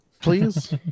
please